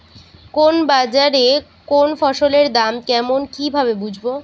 কোন বাজারে কোন ফসলের দাম কেমন কি ভাবে বুঝব?